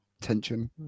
tension